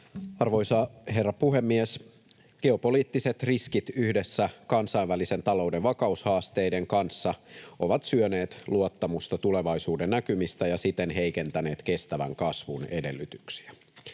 Arvoisa herra puhemies! Geopoliittiset riskit yhdessä kansainvälisen talouden vakaushaasteiden kanssa ovat syöneet luottamusta tulevaisuudennäkymiin ja siten heikentäneet kestävän kasvun edellytyksiä.